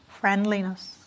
Friendliness